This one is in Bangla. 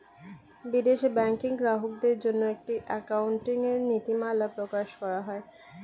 বিদেশে ব্যাংকিং গ্রাহকদের জন্য একটি অ্যাকাউন্টিং এর নীতিমালা প্রকাশ করা হয়